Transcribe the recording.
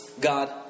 God